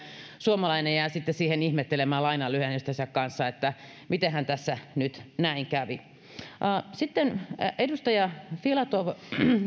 suomalainen jää sitten siihen ihmettelemään lainanlyhennystensä kanssa että miten tässä nyt näin kävi edustaja filatov